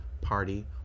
party